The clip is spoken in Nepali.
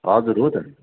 हजुर हो त